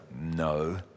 no